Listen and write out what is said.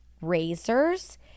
razors